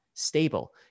stable